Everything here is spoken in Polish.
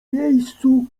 miejscu